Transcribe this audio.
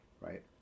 right